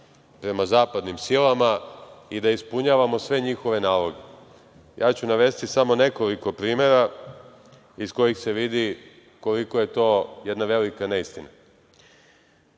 prema zapadnim silama i da ispunjavamo sve njihove naloge. Ja ću navesti samo nekoliko primera iz kojih se vidi koliko je to jedna velika neistina. Od